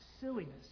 silliness